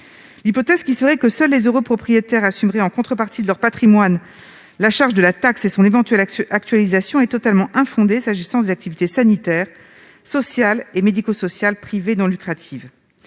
L'hypothèse selon laquelle seuls les heureux propriétaires assumeraient en contrepartie de leur patrimoine la charge de la taxe et son éventuelle actualisation est donc totalement infondée s'agissant des activités sanitaires, sociales et médico-sociales privées non lucratives.